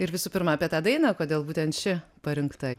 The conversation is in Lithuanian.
ir visų pirma apie tą dainą kodėl būtent ši parinkta